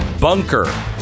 Bunker